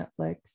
Netflix